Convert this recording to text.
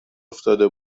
افتاده